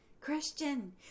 Christian